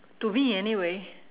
to me anyway